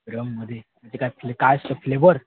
रममध्ये म्हणजे काय फ्ले काय ते फ्लेवर